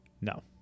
No